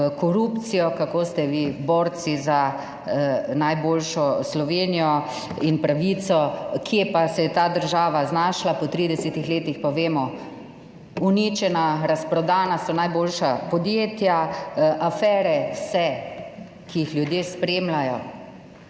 korupcijo, kako ste vi borci za najboljšo Slovenijo in pravico, kje pa se je ta država znašla po 30. letih pa vemo, uničena, razprodana so najboljša podjetja, afere se, ki jih ljudje spremljajo,